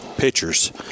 pitchers